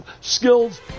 skills